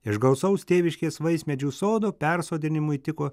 iš gausaus tėviškės vaismedžių sodo persodinimui tiko